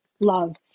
love